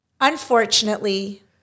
Unfortunately